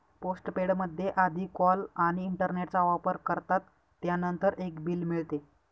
postpaid मध्ये आधी call आणि इंटरनेटचा वापर करतात, त्यानंतर एक बिल मिळते